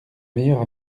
meilleure